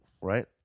right